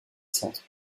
centre